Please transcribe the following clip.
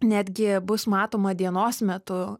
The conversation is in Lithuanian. netgi bus matoma dienos metu